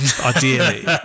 Ideally